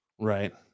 right